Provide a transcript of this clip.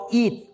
eat